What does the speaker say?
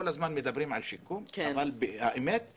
כל הזמן מדברים על שיקום אבל האמת היא